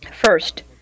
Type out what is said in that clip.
First